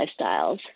lifestyles